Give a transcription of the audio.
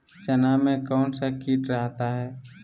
चना में कौन सा किट रहता है?